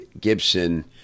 Gibson